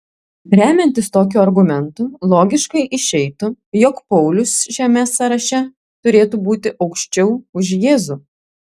remiantis tokiu argumentu logiškai išeitų jog paulius šiame sąraše turėtų būti aukščiau už jėzų